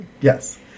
Yes